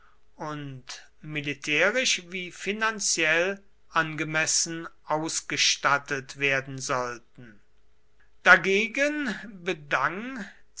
und militärisch wie finanziell angemessen ausgestattet werden sollten dagegen bedang